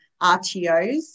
RTOs